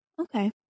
Okay